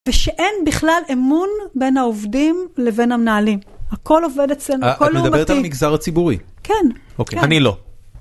ושאין בכלל אמון בין העובדים לבין המנהלים. הכל עובד אצלנו, הכל לעומתי. את מדברת על מגזר הציבורי? כן. אוקיי, אני לא.